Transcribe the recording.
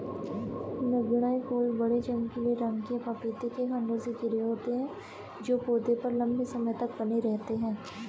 नगण्य फूल बड़े, चमकीले रंग के पपीते के खण्डों से घिरे होते हैं जो पौधे पर लंबे समय तक बने रहते हैं